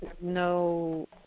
no